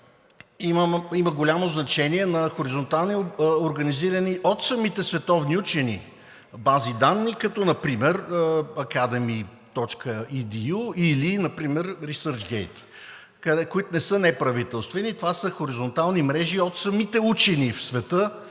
имат голямо значение хоризонталните мрежи, организирани от самите световни учени бази данни, като например Academia.edu или например ResearchGate, които не са неправителствени. Това са хоризонтални мрежи, създадени от самите учени в света,